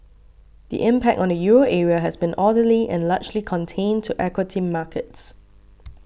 the impact on the Euro area has been orderly and largely contained to equity markets